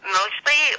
mostly